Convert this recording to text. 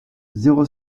zéro